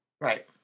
Right